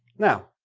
now,